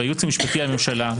הייעוץ המשפטי לממשלה,